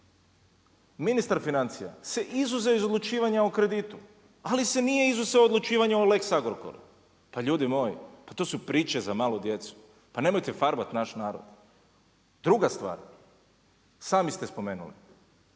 ministar financija se izuzeo iz odlučivanja o kreditu ali se nije izuzeo od odlučivanja o lex Agrokoru. Pa ljudi moji, pa to su priče za malu djecu, pa nemojte farbati naš narod. Druga stvar, sami ste spomenuli,